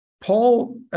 Paul